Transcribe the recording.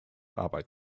arbeit